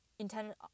intended